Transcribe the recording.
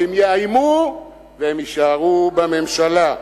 והם יאיימו והם יישארו בממשלה.